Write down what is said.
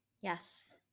yes